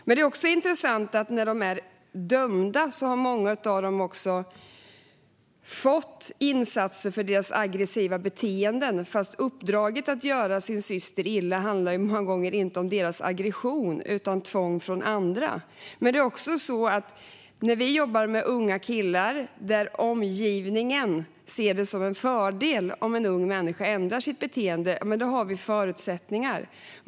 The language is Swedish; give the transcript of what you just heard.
Men det intressanta är att när de väl blivit dömda har många av dem fått insatser för att hantera deras aggressiva beteenden, men uppdraget att göra sin syster illa handlar många gånger inte om deras aggression utan om tvång från andra. När omgivningen ser det som en fördel om en ung människa ändrar sitt beteende finns förutsättningar för dessa unga killar.